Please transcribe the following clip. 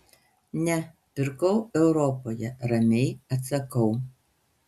ne pirkau europoje ramiai atsakau